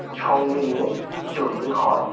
সঙ্গে নিয়ে চলতে হয়